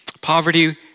Poverty